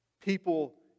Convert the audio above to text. People